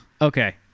Okay